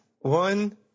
One